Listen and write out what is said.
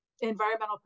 environmental